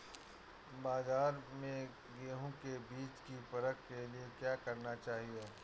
बाज़ार में गेहूँ के बीज की परख के लिए क्या करना चाहिए?